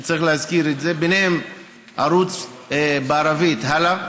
צריך להזכיר את זה, ביניהם ערוץ בערבית, הלא,